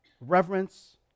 Reverence